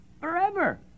forever